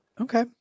Okay